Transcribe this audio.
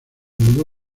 mudó